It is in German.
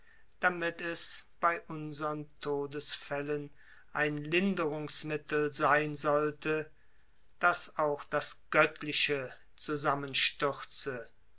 damit es bei unsern todesfälle ein linderungsmittel sein sollte daß auch das göttliche zusammenstürze